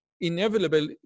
inevitable